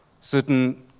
certain